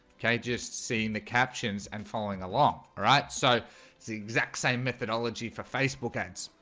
okay, just seeing the captions and following along alright, so it's the exact same methodology for facebook, ads.